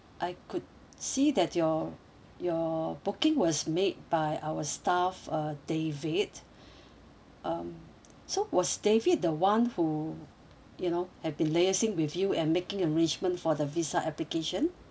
I could see that your your booking was made by our staff uh david um so was david the one who you know have been liaising with you and making arrangements for the visa application